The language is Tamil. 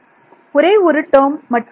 மாணவர் ஒரே ஒரு டேர்ம் மட்டும்